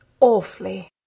Awfully